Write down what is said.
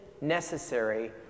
necessary